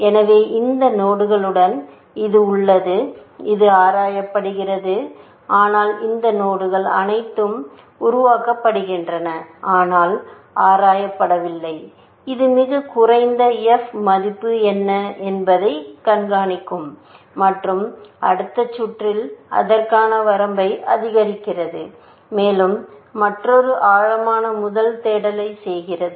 எனவே இந்த நோடுகளுடன் அது உள்ளது இது ஆராயப்படுகிறது ஆனால் இந்த நோடுகள் அனைத்தும் உருவாக்கப்படுகின்றன ஆனால் ஆராயப்படவில்லை இது மிகக் குறைந்த f மதிப்பு என்ன என்பதைக் கண்காணிக்கும் மற்றும் அடுத்த சுற்றில் அதற்கான வரம்பை அதிகரிக்கிறது மேலும் மற்றொரு ஆழமான முதல் தேடலை செய்கிறது